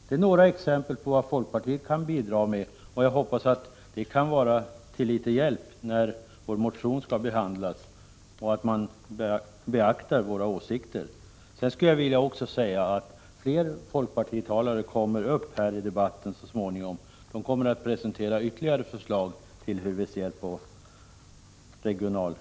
Det är några exempel på vad folkpartiet kan bidra med. Jag hoppas att vi kan vara tilllitet hjälp när vår motion skall behandlas och att man beaktar våra åsikter. Jag skulle också vilja säga att flera folkpartitalare så småningom kommer uppidebatten — de kommer att presentera ytterligare förslag på regionalpolitikens område.